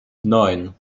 neun